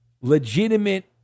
legitimate